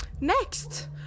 Next